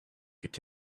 could